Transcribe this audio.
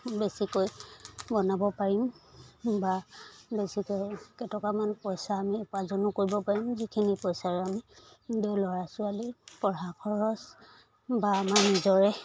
বেছিকৈ বনাব পাৰিম বা বেছিকৈ কেইটকামান পইচা আমি উপাৰ্জনো কৰিব পাৰিম যিখিনি পইচাৰে আমি ল'ৰা ছোৱালীৰ পঢ়া খৰচ বা আমাৰ নিজৰে